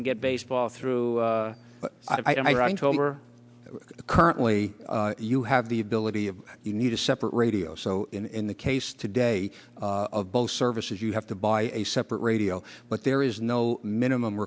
and get baseball through i think homer currently you have the ability of you need a separate radio so in the case today of both services you have to buy a separate radio but there is no minimum